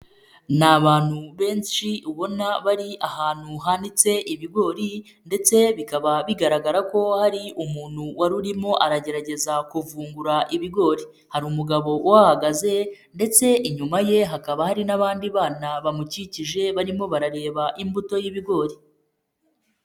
Ni abantu benshi ubona bari ahantu hanitse ibigori ndetse bikaba bigaragara ko hari umuntu wari urimo aragerageza kuvumbura ibigori, hari umugabo uhagaze ndetse inyuma ye hakaba hari n'abandi bana bamukikije, barimo barareba imbuto y'ibigori.